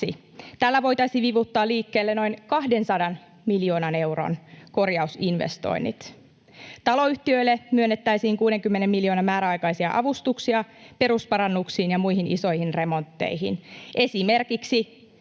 Tällä voitaisiin vivuttaa liikkeelle noin 200 miljoonan euron korjausinvestoinnit. Taloyhtiöille myönnettäisiin 60 miljoonaa määräaikaisia avustuksia perusparannuksiin ja muihin isoihin remontteihin. Esimerkiksi